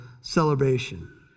celebration